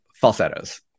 falsettos